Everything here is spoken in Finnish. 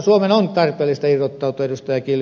suomen on tarpeellista irrottautua ed